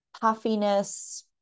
puffiness